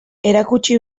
erakutsi